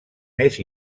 més